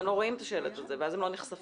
הם לא רואים את השלט הזה ואז הם לא נחשפים.